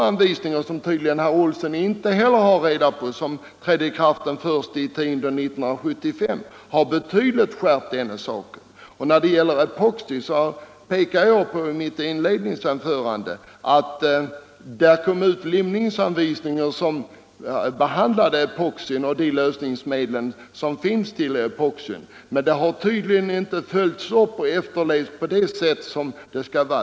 Anvisningarna på det området, vilka trädde i kraft den I oktober i år och som herr Olsson tydligen inte heller har reda på, innebär betydande skärpningar. Och när det gäller epoxi pekade jag på i mitt inledningsanförande att det har kommit ut limningsanvisningar som behandlar epoxin och de lösningsmedel som finns till epoxin, men de har tydligen inte efterlevts på rätt sätt.